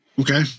Okay